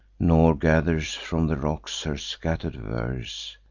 nor gathers from the rocks her scatter'd verse,